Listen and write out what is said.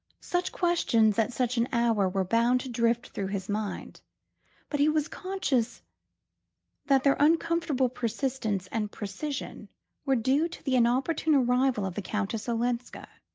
such questions, at such an hour, were bound to drift through his mind but he was conscious that their uncomfortable persistence and precision were due to the inopportune arrival of the countess olenska.